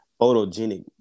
photogenic